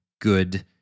good